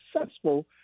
successful